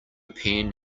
pen